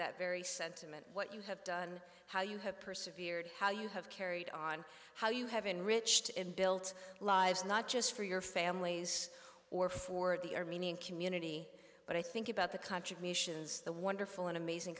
that very sentiment what you have done how you have persevered how you have carried on how you have enriched and built lives not just for your families or for the armenian community but i think about the contributions the wonderful and amazing